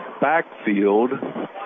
backfield